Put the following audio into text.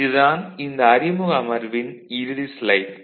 இது தான் இந்த அறிமுக அமர்வின் இறுதி ஸ்லைடு